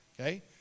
Okay